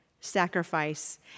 sacrifice